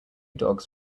dogs